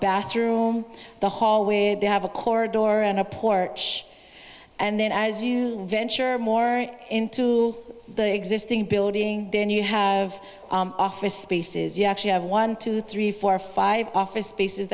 bathroom the hall where they have a core door and a porch and then as you venture more into the existing building then you have office spaces you actually have one two three four five office spaces